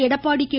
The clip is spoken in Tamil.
எடப்பாடி கே